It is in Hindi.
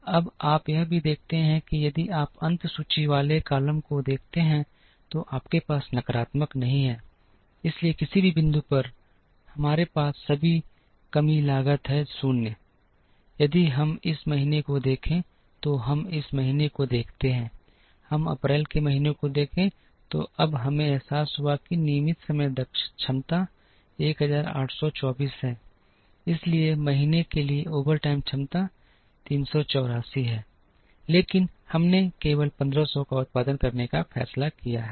अब आप यह भी देखते हैं कि यदि आप अंत सूची वाले कॉलम को देखते हैं तो आपके पास नकारात्मक नहीं हैं इसलिए किसी भी बिंदु पर हमारे पास सभी कमी लागत हैं 0 यदि हम इस महीने को देखें तो हम इस महीने को देखते हैं हम अप्रैल के महीने को देखें तो अब हमें एहसास हुआ कि नियमित समय क्षमता 1824 है इस महीने के लिए ओवरटाइम क्षमता 384 है लेकिन हमने केवल 1500 का उत्पादन करने का फैसला किया है